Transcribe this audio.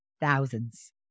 thousands